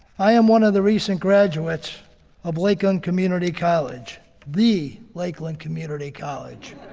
i am one of the recent graduates of lakeland community college the lakeland community college.